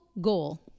goal